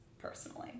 personally